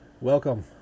Welcome